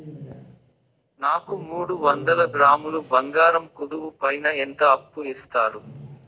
నాకు మూడు వందల గ్రాములు బంగారం కుదువు పైన ఎంత అప్పు ఇస్తారు?